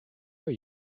are